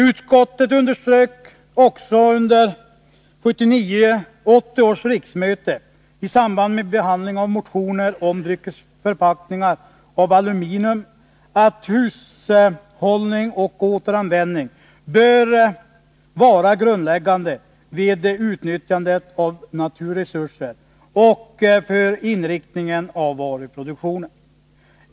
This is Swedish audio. Utskottet underströk också under 1979/80 års riksmöte, i samband med behandling av motioner om dryckesförpackningar av aluminium, att hushållning och återanvändning bör vara grundläggande vid utnyttjandet av naturresurser och för inriktningen av varuproduktionen.